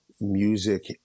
music